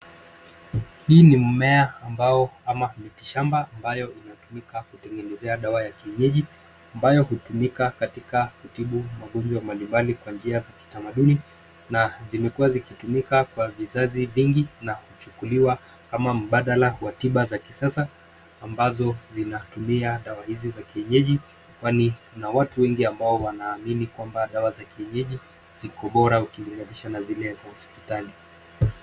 Hii ni mmea ambao ama miti shamba ambayo inatumika kutengenezea dawa ya kiyenyej,i ambayo hutumika katika kutibu magonjwa mbalimbali kwa njia za kitamaduni na zimekuwa zikitumika kwa vizazi vingi na kuchukuliwa kama mbadala wa tiba za kisasa, ambazo zinatumia dawa hizi za kiyenyeji ,kwani kuna watu weng ambao wanaamini kwamba dawa za kiyenyeji ziko bora ukilinganishana na zile za hospitali.